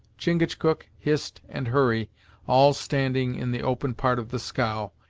chingachgook, hist, and hurry all standing in the open part of the scow,